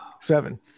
Seven